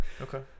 Okay